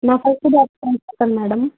నాకైతే బాగా నచ్చింది మేడం